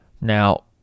Now